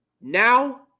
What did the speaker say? Now